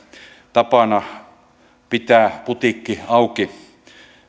tapana pitää putiikki auki